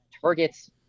targets